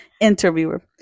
Interviewer